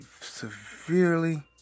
severely